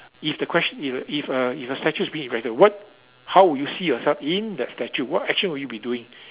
if the question if a if a if a statue is being erected what how would you see yourself in that statue what action would you be doing